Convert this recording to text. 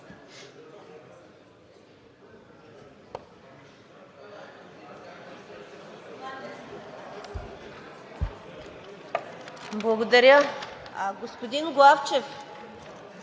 Благодаря. Господин Главчев,